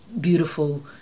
beautiful